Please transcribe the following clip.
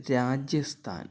Rajasthan